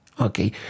okay